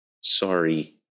sorry